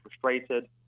frustrated